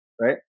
right